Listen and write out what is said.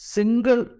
Single